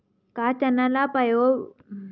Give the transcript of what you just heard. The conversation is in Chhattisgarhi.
का चना ल पलोय बर ड्रिप विधी बने रही?